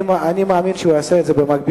אני מאמין שהוא יעשה את זה במקביל,